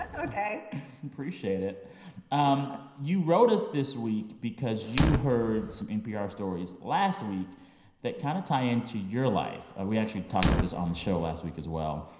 ah ok appreciate it yeah um you wrote us this week because you heard some npr stories last week that kind of tie into your life. we actually talked about this on the show last week, as well.